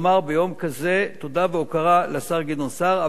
לומר ביום כזה תודה והוקרה לשר גדעון סער.